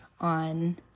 on